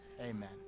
amen